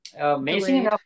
amazing